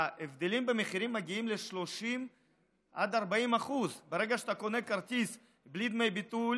ההבדלים במחירים מגיעים ל-30% 40%. ברגע שאתה קונה כרטיס בלי דמי ביטול